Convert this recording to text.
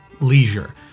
Leisure